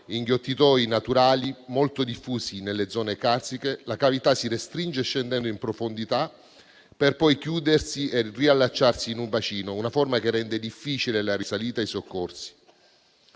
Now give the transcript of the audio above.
inghiottitoi naturali, molto diffusi nelle zone carsiche. La cavità si restringe, scendendo in profondità, per poi chiudersi e riallacciarsi in un bacino: una forma che rende difficili la risalita e i soccorsi.